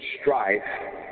strife